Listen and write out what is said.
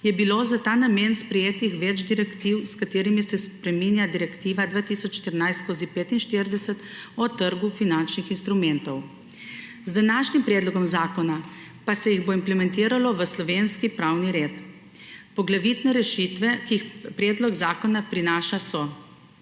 je bilo za ta namen sprejetih več direktiv, s katerimi se spreminja Direktiva 2014/45 o trgu finančnih instrumentov. Z današnjim predlogom zakona pa se jih bo implementiralo v slovenski pravni red. Poglavitne rešitve, ki jih predlog zakona prinaša, so: